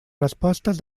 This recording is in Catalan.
respostes